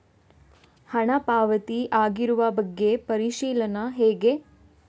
ಹಣ ಪಾವತಿ ಆಗಿರುವ ಬಗ್ಗೆ ಪರಿಶೀಲನೆ ಹೇಗೆ?